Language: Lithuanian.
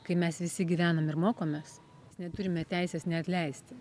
kai mes visi gyvenam ir mokomės mes neturime teisės neatleisti